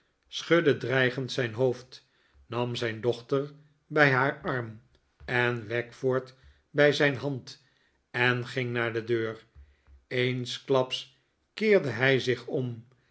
schudde dreigend zijn hoofd nam zijn dochter bij haar arm en wackford bij zijn hand en ging naar de deur eensklaps keerde hij zich om